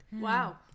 Wow